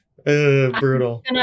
Brutal